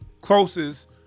closest